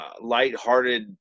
lighthearted